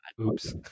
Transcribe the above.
Oops